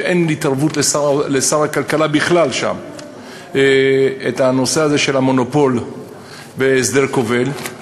אין התערבות לשר הכלכלה בכלל בנושא הזה של המונופול והסדר כובל.